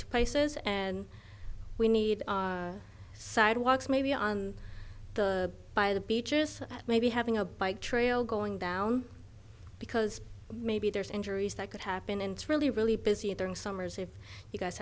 to places and we need sidewalks maybe on the by the beaches maybe having a bike trail going down because maybe there's injuries that could happen and really really busy at their summers if you guys